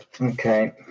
Okay